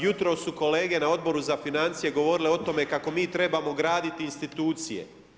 Jutros su kolege na Odboru za financije govorile o tome kako mi trebamo graditi institucije.